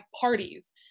parties